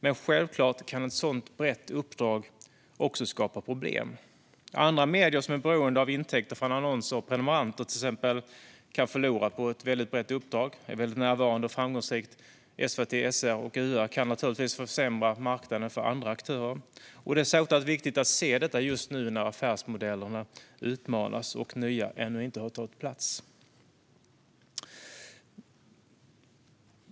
Men självklart kan ett sådant brett uppdrag också skapa problem. Andra medier som till exempel är beroende av intäkter från annonser och prenumeranter kan förlora på detta. Om SVT, SR och UR är väldigt närvarande och framgångsrika kan de naturligtvis försämra marknaden för andra aktörer. Det är särskilt viktigt att se detta just nu när affärsmodellerna utmanas och nya ännu inte har tagit plats.